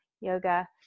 yoga